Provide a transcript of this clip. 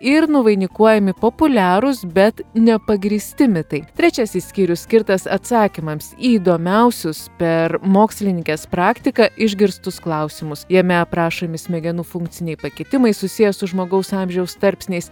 ir nuvainikuojami populiarūs bet nepagrįsti mitai trečiasis skyrius skirtas atsakymams į įdomiausius per mokslininkės praktiką išgirstus klausimus jame aprašomi smegenų funkciniai pakitimai susiję su žmogaus amžiaus tarpsniais